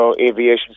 aviation